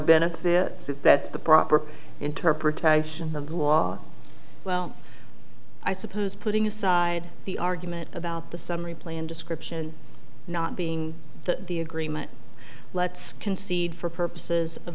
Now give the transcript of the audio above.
benefits if that's the proper interpretation of law well i suppose putting aside the argument about the summary plan description not being that the agreement let's concede for purposes